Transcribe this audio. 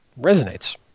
resonates